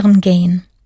gehen